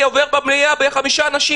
עובר במליאה בקולות של חמישה אנשים.